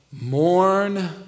mourn